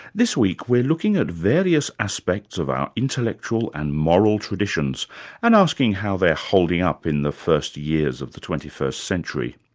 this week, we're looking at various aspects of our intellectual and moral traditions and asking how they're holding up in the first years of the twenty first century.